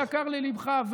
שיקר לליבך,